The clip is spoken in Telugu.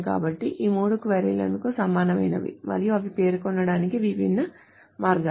కాబట్టి ఈ మూడు క్వరీ లూ సమానమైనవి మరియు అవి పేర్కొనడానికి విభిన్న మార్గాలు